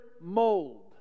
mold